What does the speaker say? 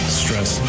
stress